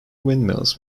windmills